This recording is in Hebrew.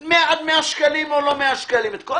עד 100 שקלים או לא 100 שקלים בסוגיות הגדולות.